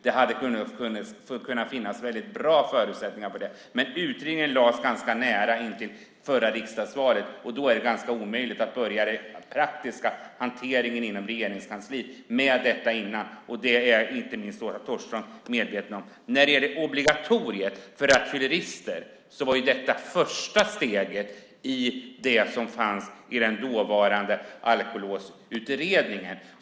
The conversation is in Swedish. Det kunde ha funnits väldigt bra förutsättningar för det. Utredningen lades dock ganska nära intill förra riksdagsvalet, och då är det ganska omöjligt att börja den praktiska hanteringen inom Regeringskansliet med detta innan. Det är inte minst Åsa Torstensson medveten om. När det gäller obligatoriet för rattfyllerister var detta det första steget i det som fanns i den dåvarande Alkolåsutredningen.